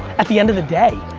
at the end of the day.